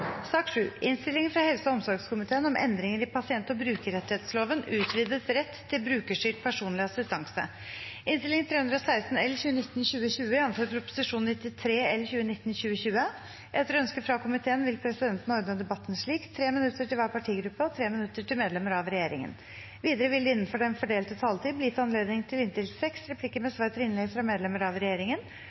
sak nr. 4. Etter ønske fra helse- og omsorgskomiteen vil presidenten ordne debatten slik: 3 minutter til hver partigruppe og 3 minutter til medlemmer av regjeringen. Videre vil det – innenfor den fordelte taletid – bli gitt anledning til replikkordskifte på inntil seks replikker med svar etter innlegg fra medlemmer av regjeringen.